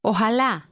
Ojalá